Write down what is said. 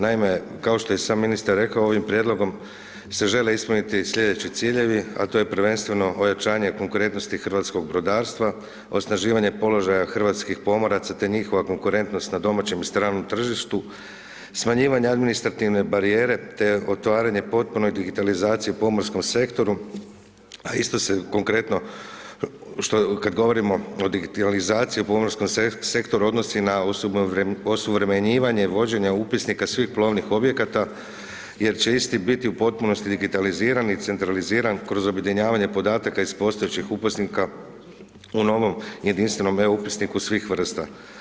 Naime, kao što je i sam ministar rekao, ovim prijedlogom se žele ispuniti sljedeći ciljevi, a to je prvenstveno ojačanje konkurentnosti hrvatskog brodarstva, osnaživanje položaja hrvatskih pomoraca, te njihova konkretnost na domaćem i stranom tržištu, smanjivanje administrativne barijere, te otvaranje potpune digitalizacije u pomorskom sektoru, a isto se konkretno, kada govorimo o digitalizaciji u pomorskom sektoru, odnosi na osuvremenjivanje i vođenje upisnika svih plovnih objekata, jer će isti biti u potpunosti digitalizirani i centraliziran kroz objedinjavanje podataka iz postojećih upisnika u novom jedinstvenom e-upisniku svih vrsta.